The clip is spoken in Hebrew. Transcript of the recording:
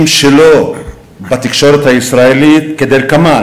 שלו לשווק בתקשורת הישראלית הוא כדלקמן: